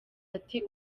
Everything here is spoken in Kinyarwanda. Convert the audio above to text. ati